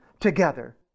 together